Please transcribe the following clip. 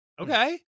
Okay